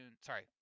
sorry